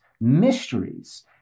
mysteries